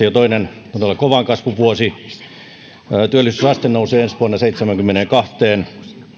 jo toinen todella kovan kasvun vuosi työllisyysaste nousee ensi vuonna seitsemäänkymmeneenkahteen